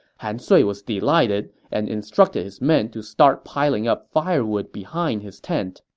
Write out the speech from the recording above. han sui was delighted and instructed his men to start piling up firewood behind his tent.